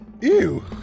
Ew